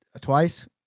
twice